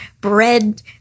bread